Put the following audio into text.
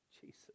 Jesus